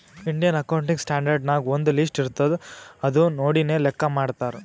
Indian accounting standard ನಾಗ್ ಒಂದ್ list ಇರ್ತುದ್ ಅದು ನೋಡಿನೇ ಲೆಕ್ಕಾ ಮಾಡ್ತಾರ್